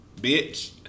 Bitch